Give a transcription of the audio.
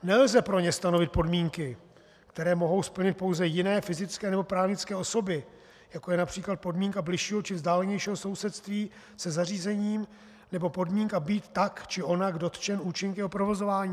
Nelze pro ně stanovit podmínky, které mohou splnit pouze jiné fyzické nebo právnické osoby, jako je například podmínka bližšího či vzdálenějšího sousedství se zařízením nebo podmínka být tak či onak dotčen účinkem o provozování.